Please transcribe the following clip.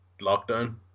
lockdown